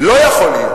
לא יכול להיות